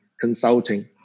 consulting